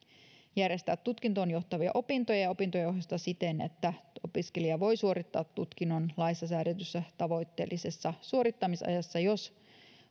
järjestää tutkintoon johtavia opintoja ja opintojenohjausta siten että opiskelija voi suorittaa tutkinnon laissa säädetyssä tavoitteellisessa suorittamisajassa jos